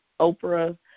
Oprah